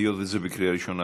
היות שזה בקריאה ראשונה,